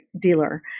dealer